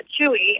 Chewy